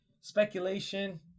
speculation